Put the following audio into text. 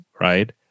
right